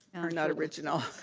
are not original.